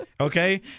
Okay